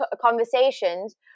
conversations